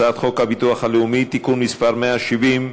הצעת חוק הביטוח הלאומי (תיקון מס' 170)